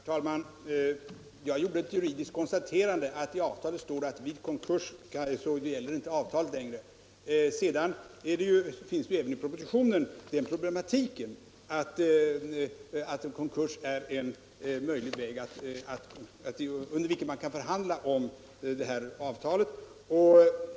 Herr talman! Jag gjorde ett juridiskt konstaterande: I avtalet står det att vid konkurs gäller inte avtalet längre. Även i propositionen berörs det förhållandet att en konkurs är en förutsättning under vilken man kan förhandla om avtalet.